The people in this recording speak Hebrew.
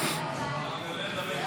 49),